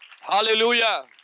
Hallelujah